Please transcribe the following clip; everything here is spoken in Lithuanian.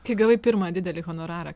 tai gavai pirmą didelį honorarą